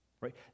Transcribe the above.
Right